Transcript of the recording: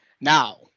now